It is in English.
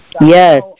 Yes